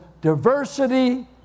diversity